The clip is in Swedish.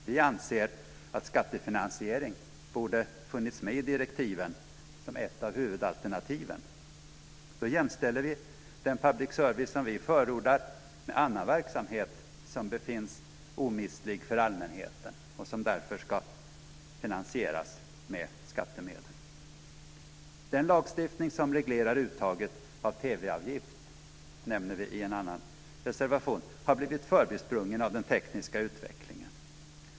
Vi anser att skattefinansiering borde ha funnits med som ett av huvudalternativen i direktiven. Då jämställer vi den public service vi förordar med annan verksamhet som befinns omistlig för allmänheten och som därför ska finansieras med skattemedel. avgift, nämner vi i en annan reservation, har blivit förbisprungen av den tekniska utvecklingen.